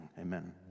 Amen